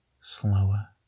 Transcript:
slower